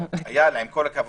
עם כל הכבוד,